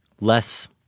less